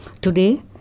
Today